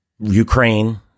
Ukraine